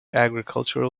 agricultural